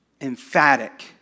Emphatic